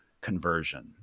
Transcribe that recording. conversion